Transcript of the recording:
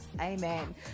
Amen